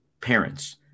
parents